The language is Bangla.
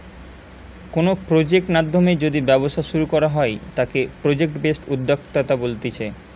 কোনো প্রজেক্ট নাধ্যমে যদি ব্যবসা শুরু করা হয় তাকে প্রজেক্ট বেসড উদ্যোক্তা বলতিছে